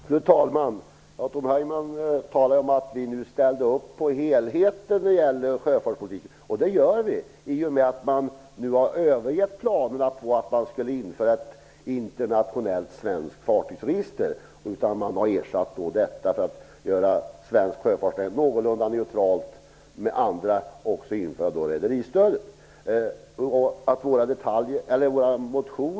Fru talman! Tom Heyman talade om att vi nu ställde upp på helheten i sjöfartspolitiken. Det gör vi, eftersom man nu har övergett planerna på att införa ett internationellt svenskt fartygsregister. Man har ändrat detta för att göra svensk sjöfartsnäring någorlunda neutralt i förhållande till andra länder. Man har också valt ett rederistöd.